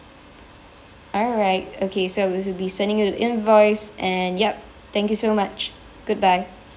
alright okay so I will be sending you the invoice and yup thank you so much goodbye